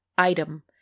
item